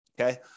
Okay